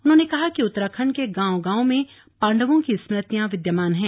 उन्होंने कहा कि उत्तराखण्ड के गांव गांव में पांडवों की स्मृतियां विद्यमान हैं